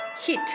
hit